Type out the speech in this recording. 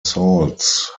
salts